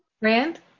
Rand